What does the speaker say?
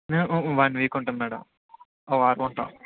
మేము one week ఉంటాం madam వారం ఉంటామండి